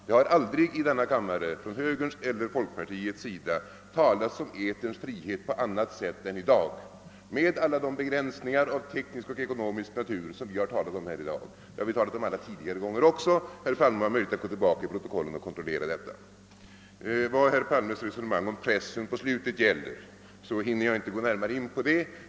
Det har aldrig i denna kammare, från högerns eller folkpartiets sida, talats om frihet i etern på annat sätt än i dag med alla de begränsningar av teknisk och ekonomisk natur som vi nu berört. Detta har vi talat om även vid alla tigare diskussioner i denna fråga. Herr Palme har möjlighet att gå tillbaka och kontrollera i protokollen. Vad beträffar herr Palmes resonemang om pressen i slutet av hans anförande hinner jag inte gå närmare in på det.